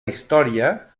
història